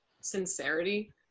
sincerity